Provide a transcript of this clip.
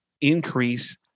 increase